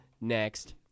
Next